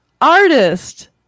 artist